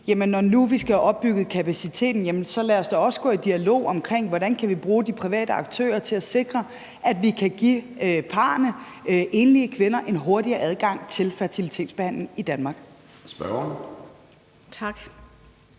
når vi nu skal have opbygget kapaciteten, så lad os da også gå ind i en dialog omkring, hvordan vi kan bruge de private aktører til at sikre, at vi kan give parrene og de enlige kvinder en hurtigere adgang til fertilitetsbehandling i Danmark.